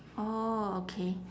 orh okay